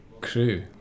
crew